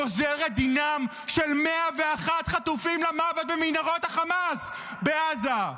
גוזר למוות את דינם של 101 חטופים במנהרות החמאס בעזה למוות.